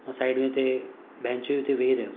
side में हिते bench हुई उते वेही रहियमि